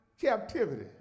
captivity